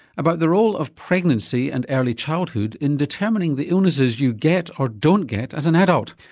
about the role of pregnancy and early childhood in determining the illnesses you get or don't get as an adult.